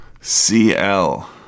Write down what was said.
cl